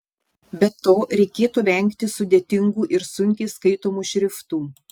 be to reikėtų vengti sudėtingų ir sunkiai skaitomų šriftų